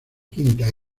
quinta